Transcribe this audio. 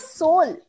soul